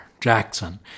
Jackson